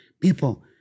people